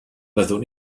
byddwn